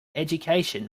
education